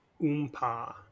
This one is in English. oompa